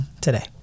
today